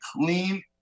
clean